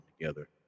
together